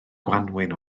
gwanwyn